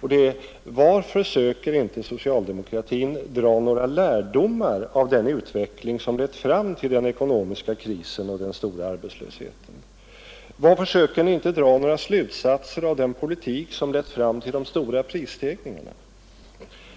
på följande sätt. Varför söker inte socialdemokratin dra några lärdomar av den utveckling som lett fram till den ekonomiska krisen och den stora arbetslösheten? Varför söker ni inte dra några slutsatser av den politik som lett fram till de stora prisstegringarna?